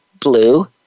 blue